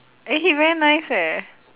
eh he very nice eh